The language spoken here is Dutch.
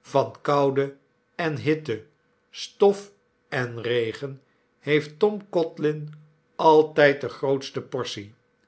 van koude en hitte stof en regen heeft tom codlin altijd de grootste portie